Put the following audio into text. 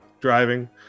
driving